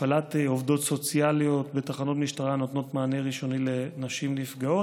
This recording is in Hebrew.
הפעלת עובדות סוציאליות בתחנות המשטרה נותנת מענה ראשוני לנשים נפגעות.